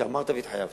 אמרת והתחייבת.